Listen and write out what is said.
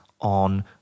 on